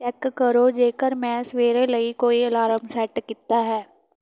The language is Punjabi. ਚੈੱਕ ਕਰੋ ਜੇਕਰ ਮੈਂ ਸਵੇਰ ਲਈ ਕੋਈ ਅਲਾਰਮ ਸੈੱਟ ਕੀਤਾ ਹੈ